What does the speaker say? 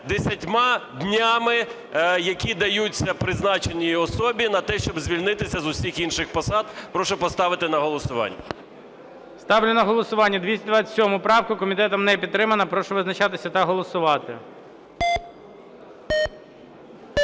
десятьма днями, які даються призначеній особі на те, щоб звільнитися з усіх інших посад. Прошу поставити на голосування. ГОЛОВУЮЧИЙ. Ставлю на голосування 227 правку. Комітетом не підтримана. Прошу визначатися та голосувати.